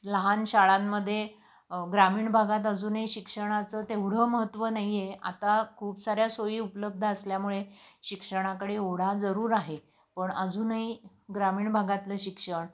लहान शाळांमध्ये ग्रामीण भागात अजूनही शिक्षणाचं तेवढं महत्त्व नाही आहे आता खूप साऱ्या सोयी उपलब्ध असल्यामुळे शिक्षणाकडे ओढा जरूर आहे पण अजूनही ग्रामीण भागातलं शिक्षण